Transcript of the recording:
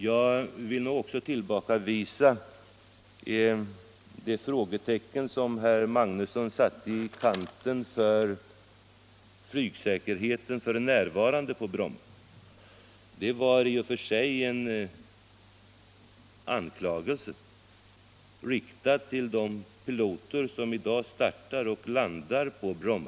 Jag vill också tillbakavisa det frågetecken som herr Magnusson satte i kanten när det gällde flygsäkerheten f. n. på Bromma, Det var i och för sig en anklagelse, riktad till de piloter som i dag startar och landar på Bromma.